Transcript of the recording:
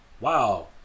Wow